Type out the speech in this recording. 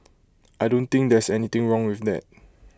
I don't think there's anything wrong with that